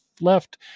left